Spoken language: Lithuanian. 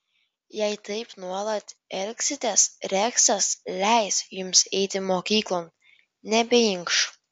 jei taip nuolat elgsitės reksas leis jums eiti mokyklon nebeinkš